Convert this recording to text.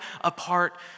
apart